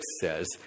says